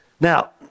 Now